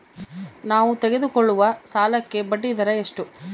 ನಾವು ತೆಗೆದುಕೊಳ್ಳುವ ಸಾಲಕ್ಕೆ ಬಡ್ಡಿದರ ಎಷ್ಟು?